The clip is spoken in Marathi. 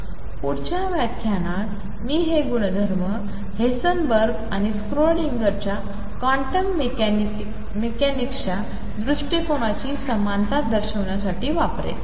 पुढच्या व्याख्यानात मी हे गुणधर्म हेन्सनबर्ग आणि स्क्रोडिंगर च्या क्वांटम मेकॅनॅमिक्सच्या दृष्टिकोनाची समानता दर्शविण्यासाठी वापरेन